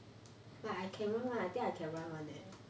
but I can [run] one I think I can run [one] leh